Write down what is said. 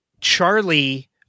Charlie